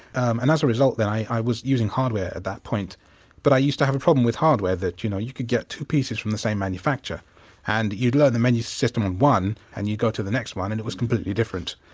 and as a result, then, i was using hardware at that point but i used to have a problem with hardware that you know you could get two pieces from the same manufacturer and you'd learn the menu system on one and you go to the next one and it was completely different.